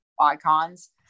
icons